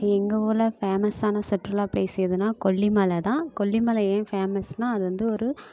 எங்கள் ஊரில் ஃபேமஸான சுற்றுலா பிளேஸ் எதுனால் கொல்லிமலை தான் கொல்லிமலை ஏன் ஃபேமஸ்னால் அது வந்து ஒரு